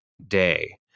day